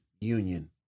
union